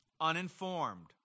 uninformed